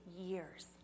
years